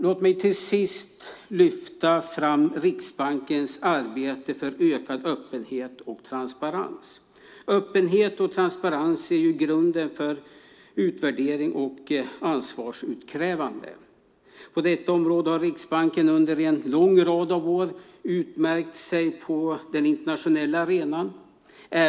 Låt mig till sist lyfta fram Riksbankens arbete för ökad öppenhet och transparens. Öppenhet och transparens är grunden för utvärdering och ansvarsutkrävande. På detta område har Riksbanken under en lång rad av år utmärkt sig på den internationella arenan.